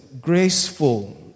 graceful